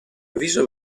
avviso